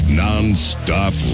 nonstop